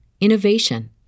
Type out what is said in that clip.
innovation